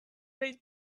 read